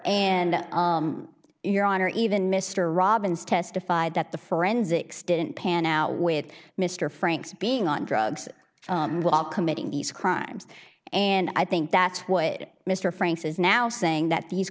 and your honor even mr robbins testified that the forensics didn't pan out with mr franks being on drugs committing these crimes and i think that's what mr franks is now saying that these